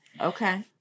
Okay